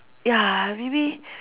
ya maybe